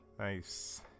nice